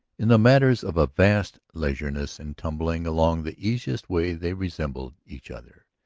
in the matters of a vast leisureliness and tumbling along the easiest way they resembled each other,